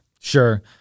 Sure